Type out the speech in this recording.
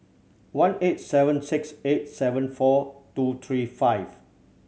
one eight seven six eight seven four two three five